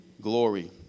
glory